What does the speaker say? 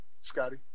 Scotty